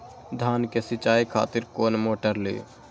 धान के सीचाई खातिर कोन मोटर ली?